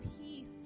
peace